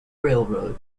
railroad